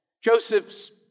Joseph's